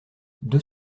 deux